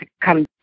come